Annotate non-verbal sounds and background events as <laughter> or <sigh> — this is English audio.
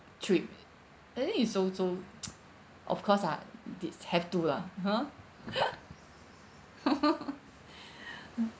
trip I think it's so so of course ah this have to lah (uh huh) <laughs>